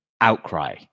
Outcry